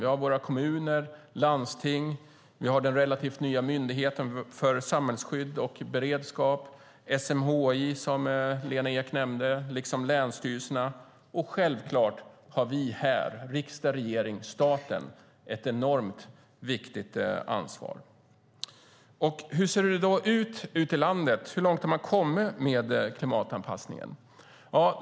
Vi har våra kommuner och landsting, vi har den relativt nya Myndigheten för samhällsskydd och beredskap, vi har SMHI, som Lena Ek nämnde, och vi har länsstyrelserna. Självklart har även vi här, riksdag och regering - staten - ett enormt viktigt ansvar. Hur ser det då ut ute i landet? Hur långt har man kommit med klimatanpassningen?